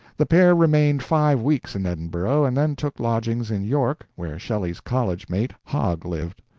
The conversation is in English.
the pair remained five weeks in edinburgh, and then took lodgings in york, where shelley's college mate, hogg, lived.